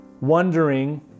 Wondering